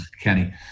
Kenny